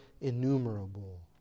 innumerable